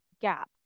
gap